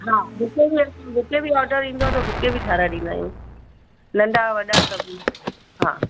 हा बुके बि असां बुके बि ऑडर ईंदो आहे त बुके बि ठाहिराए ॾींदा आहियूं नंढा वॾा सभी हा